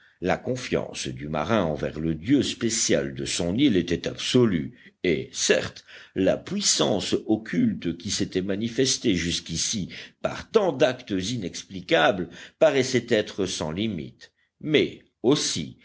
la confiance du marin envers le dieu spécial de son île était absolue et certes la puissance occulte qui s'était manifestée jusqu'ici par tant d'actes inexplicables paraissait être sans limites mais aussi